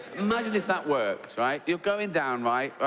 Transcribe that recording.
imagine if that worked right? you're going down, right,